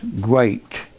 great